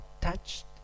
touched